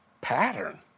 Pattern